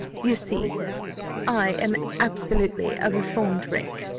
you see i am absolutely a reformed rake.